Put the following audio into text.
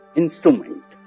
instrument